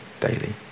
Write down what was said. daily